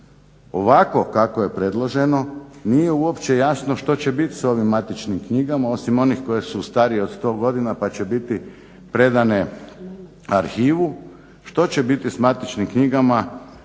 Ovako kako je predloženo nije uopće jasno što će bit s ovim matičnim knjigama, osim onih koje su starije od 100 godina pa će biti predane arhivu, što će biti s matičnim knjigama